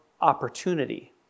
opportunity